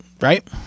right